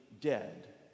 dead